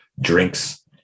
drinks